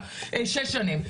ניתן לו שש שנים.